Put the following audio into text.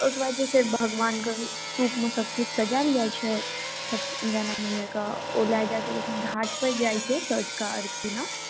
ओइके बाद जे छै भगवानके सूपमे सभचीज सजायल जाइ छै छठि राना मैयाके ओ लए जाकऽ अपन घाटपर जाइ छै सौंझका अर्घ दिना